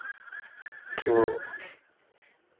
कि वो